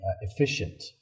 efficient